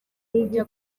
kujya